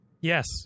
Yes